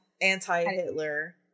anti-Hitler